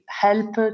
help